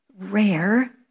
rare